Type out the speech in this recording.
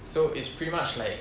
so it's pretty much like